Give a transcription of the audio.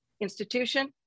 institution